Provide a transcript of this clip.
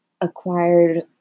acquired